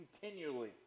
continually